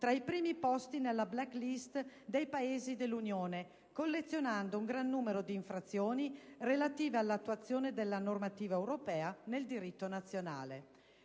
tra i primi posti nella *black list* dei Paesi dell'Unione, collezionando un gran numero di infrazioni relative all'attuazione della normativa europea nel diritto nazionale.